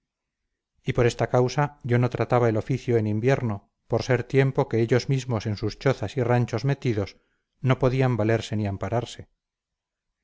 y por esta causa yo no trataba el oficio en invierno por ser tiempo que ellos mismos en sus chozas y ranchos metidos no podían valerse ni ampararse